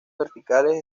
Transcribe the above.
verticales